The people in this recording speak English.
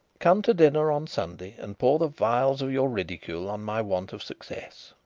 come to dinner on sunday and pour the vials of your ridicule on my want of success.